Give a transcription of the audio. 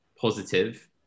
positive